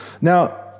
Now